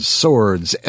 swords